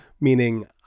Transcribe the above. meaning